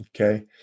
okay